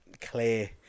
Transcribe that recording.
clear